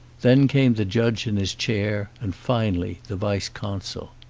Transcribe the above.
then came the judge in his chair and finally the vice-consul.